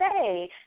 say